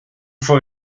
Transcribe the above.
fue